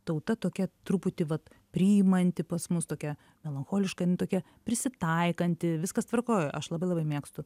tauta tokia truputį vat priimanti pas mus tokia melancholiška jinai tokia prisitaikanti viskas tvarkoj aš labai labai mėgstu